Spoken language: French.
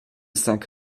cinq